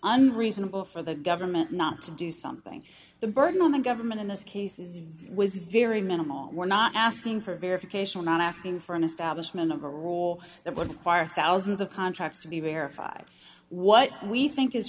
unreasonable for the government not to do something the burden on the government in those cases was very minimal we're not asking for verification we're not asking for an establishment of a rule that would require thousands of contracts to be verified what we think is